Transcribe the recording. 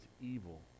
evil